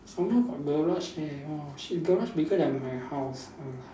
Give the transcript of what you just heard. some more got garage eh !wah! she garage bigger than my house ah